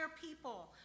people